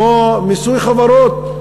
כמו מיסוי חברות.